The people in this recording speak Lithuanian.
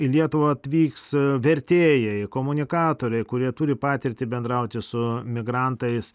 į lietuvą atvyks vertėjai komunikatoriai kurie turi patirtį bendrauti su migrantais